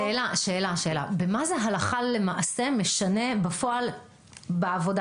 שאלה: במה זה משנה הלכה למעשה בפועל בעבודה?